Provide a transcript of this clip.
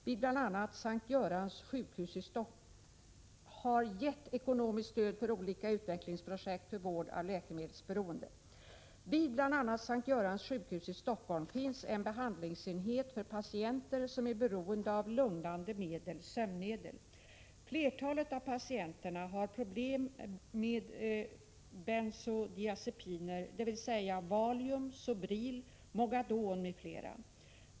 Vid bl.a. S:t Görans sjukhus i Stockholm finns en behandlingsenhet för patienter som är beroende av lugnande medel/ sömnmedel. Flertalet av patienterna har problem med bensodiazepiner, dvs. Valium, Sobril, Mogadon m.fl. medel.